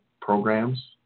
programs